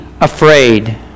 afraid